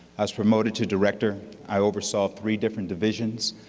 i was promoted to director, i oversaw three different divisions.